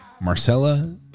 Marcella